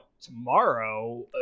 tomorrow